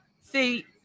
See